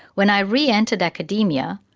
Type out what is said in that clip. when i re-entered academia,